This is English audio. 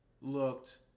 looked